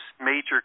major